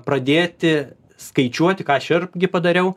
pradėti skaičiuoti ką aš irgi padariau